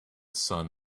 sun